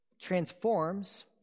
transforms